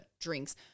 drinks